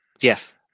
Yes